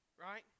Right